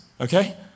okay